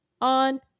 on